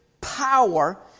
power